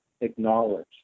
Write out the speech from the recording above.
acknowledge